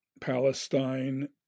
Palestine